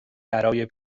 برای